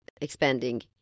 expanding